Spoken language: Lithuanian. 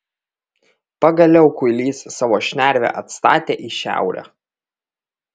pagaliau kuilys savo šnervę atstatė į šiaurę